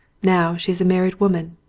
now she's a married woman.